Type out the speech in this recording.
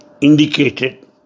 indicated